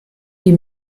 die